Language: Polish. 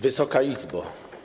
Wysoka Izbo!